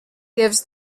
gives